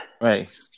Right